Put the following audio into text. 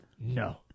No